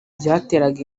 byateraga